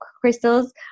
crystals